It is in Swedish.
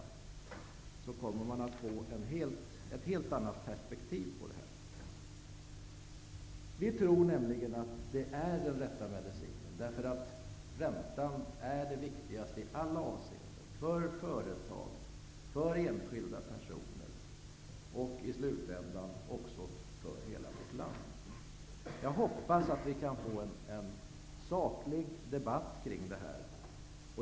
Om vi tänker i de termerna får vi ett helt annat perspektiv på detta. Vi tror att detta är den rätta medicinen. Räntan är det viktigaste i alla avseenden för företag, enskilda personer och i slutänden för hela vårt land. Jag hoppas att vi kan få en saklig debatt kring det här.